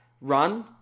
run